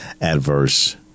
Adverse